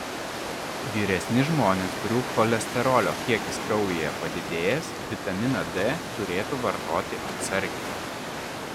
vyresni žmonės kurių cholesterolio kiekis kraujyje padidėjęs vitaminą d turėtų vartoti atsargiai